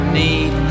need